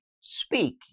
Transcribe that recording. speak